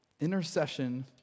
Intercession